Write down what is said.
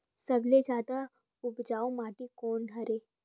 सबले जादा उपजाऊ माटी कोन हरे?